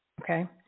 Okay